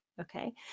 okay